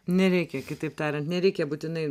nereikia kitaip tariant nereikia būtinai